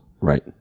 Right